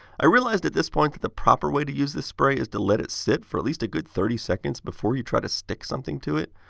i realized at this point that the proper way to use this spray is to let it sit for at least a good thirty seconds before you try to stick something to it.